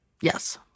yes